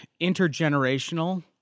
intergenerational